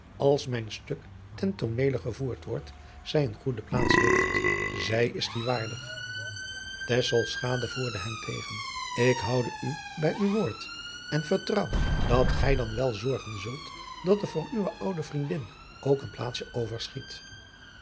als mijn stuk ten tooneele gevoerd wordt zij een goede plaats heeft zij is die waardig tesselschade voerde hem tegen ik houde u bij uw woord en vertrouw dat gij dan wel zorgen zult dat er voor uwe oude vriendin ook een plaatsje overschiet